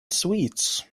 sweets